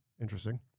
interesting